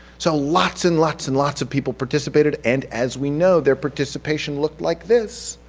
so lots and lots and lots of people participated and as we know their participation looked like this.